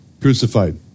crucified